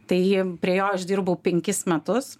tai prie jo aš dirbau penkis metus